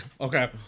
Okay